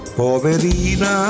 poverina